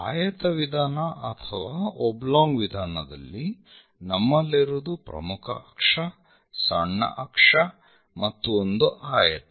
ಆಯತ ವಿಧಾನ ಅಥವಾ ಒಬ್ಲೊಂಗ್ ವಿಧಾನದಲ್ಲಿ ನಮ್ಮಲ್ಲಿರುವುದು ಪ್ರಮುಖ ಅಕ್ಷ ಸಣ್ಣ ಅಕ್ಷ ಮತ್ತು ಒಂದು ಆಯತ